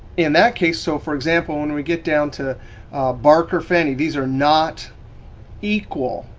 in that case. so, for example, when we get down to barker, fannie, these are not equal.